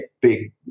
big